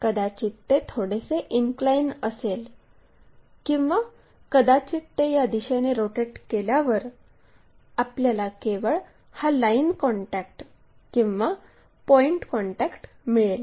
कदाचित ते थोडेसे इनक्लाइन असेल किंवा कदाचित ते या दिशेने रोटेट केल्यावर आपल्याला केवळ हा 2लाईन कॉन्टॅक्ट किंवा पॉईंट कॉन्टॅक्ट मिळेल